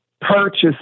purchase